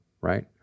right